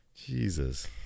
Jesus